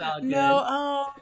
No